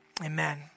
amen